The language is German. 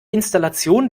installation